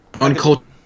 uncultured